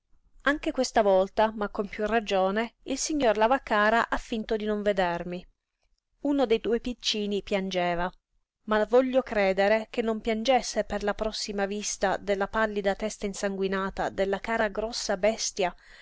anche questa volta ma con piú ragione il signor lavaccara ha finto di non vedermi uno dei due piccini piangeva ma voglio credere che non piangesse per la prossima vista della pallida testa insanguinata della cara grossa bestia